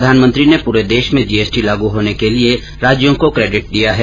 प्रधानमंत्री ने पूरे देश में जीएसटी लागू होने के लिए राज्यों को क्रेडिट दिया है